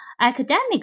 academic